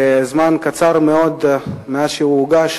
ובזמן קצר מאוד מאז שהוא הוגש.